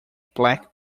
black